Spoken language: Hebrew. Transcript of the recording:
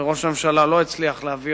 וראש הממשלה לא הצליח להגיע